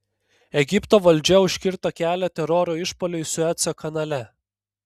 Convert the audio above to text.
egipto valdžia užkirto kelią teroro išpuoliui sueco kanale